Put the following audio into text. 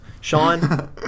Sean